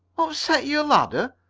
upset your ladder?